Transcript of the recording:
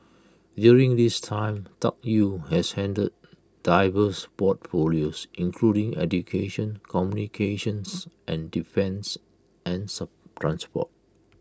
during this time Tuck Yew has handled diverse portfolios including education communications and defence and some transport